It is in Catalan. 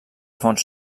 fons